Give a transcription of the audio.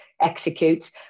executes